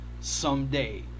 someday